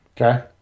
Okay